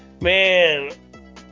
Man